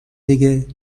دیگه